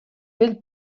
vell